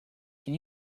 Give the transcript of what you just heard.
can